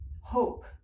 hope